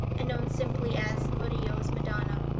and known simply as murillo's madonna.